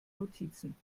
notizen